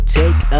take